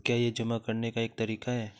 क्या यह जमा करने का एक तरीका है?